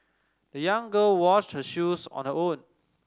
the young girl washed her shoes on her own